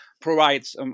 provides